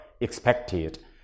expected